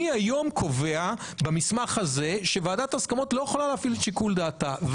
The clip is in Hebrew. אני היום קובע במסמך הזה שוועדת הסכמות לא יכולה להפעיל את שיקול דעתה.